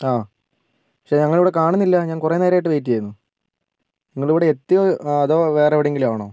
ആ പക്ഷേ നിങ്ങളെ ഇവിടെ കാണുന്നില്ല ഞാൻ കുറേ നേരമായിട്ട് വെയിറ്റ് ചെയ്യുന്നു നിങ്ങളിവിടെ എത്തിയോ അതോ വേറെ എവിടെ എങ്കിലും ആണോ